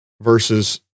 versus